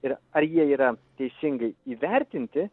ir ar jie yra teisingai įvertinti